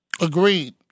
Agreed